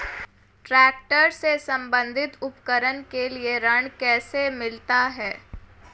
Tractor से संबंधित उपकरण के लिए ऋण कैसे मिलता है?